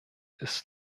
ist